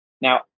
now